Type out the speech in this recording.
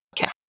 okay